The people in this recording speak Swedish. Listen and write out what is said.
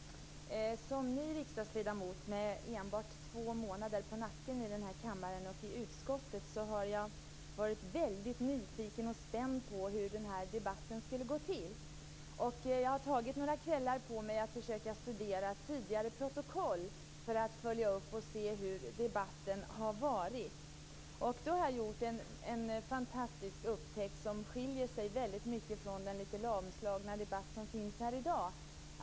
Fru talman! Som ny riksdagsledamot med enbart två månader på nacken i den här kammaren och i utskottet har jag varit väldigt nyfiken och spänd på hur den här debatten skulle gå till. Jag har tagit några kvällar på mig till att försöka studera tidigare protokoll, för att följa hur debatten har varit. Då har jag gjort en fantastisk upptäckt, något som skiljer sig väldigt mycket från den lite lamslagna debatten i dag.